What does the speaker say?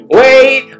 wait